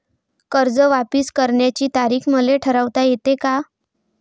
कर्ज वापिस करण्याची तारीख मले ठरवता येते का?